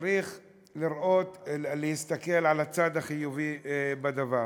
צריך להסתכל על הצד החיובי בדבר.